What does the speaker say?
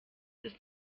ist